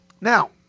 Now